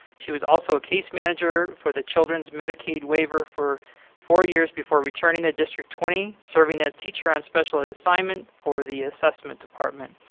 she was also a case manager for the children's medicaid waiver for four years, before returning the district twenty, serving as teacher on special assignment for the assessment department.